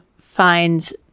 finds